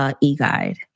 e-guide